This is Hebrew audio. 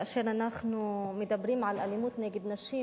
וכאשר אנחנו מדברים על אלימות נגד נשים,